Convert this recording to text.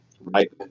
right